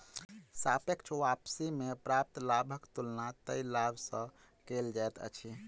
सापेक्ष वापसी में प्राप्त लाभक तुलना तय लाभ सॅ कएल जाइत अछि